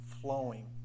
flowing